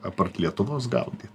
apart lietuvos gaudyt